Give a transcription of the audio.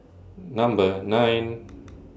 Number nine